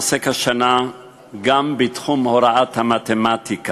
דוח מבקר המדינה עוסק השנה גם בתחום הוראת המתמטיקה,